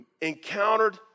encountered